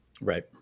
right